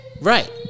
Right